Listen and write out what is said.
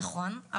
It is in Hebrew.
נכון.